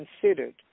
considered